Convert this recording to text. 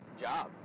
job